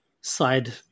side